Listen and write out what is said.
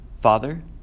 Father